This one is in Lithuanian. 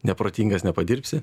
neprotingas nepadirbsi